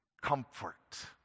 comfort